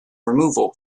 removal